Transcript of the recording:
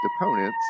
opponents